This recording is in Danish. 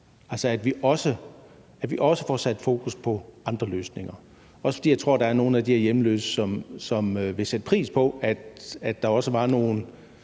altså også får sat fokus på andre løsninger. Det er også, fordi jeg tror, at nogle af de her hjemløse vil sætte pris på, at der også var nogle